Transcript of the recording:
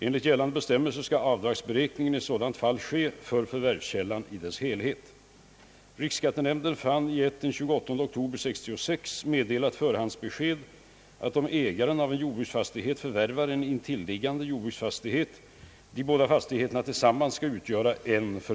Enligt gällande bestämmelser skall avdragsberäkningen i sådant fall ske för förvärvskällan i dess helhet.